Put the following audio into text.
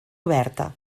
oberta